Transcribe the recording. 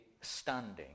standing